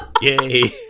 Yay